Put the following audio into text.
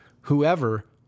whoever